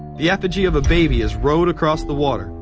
the effigy of a baby is rowed across the water.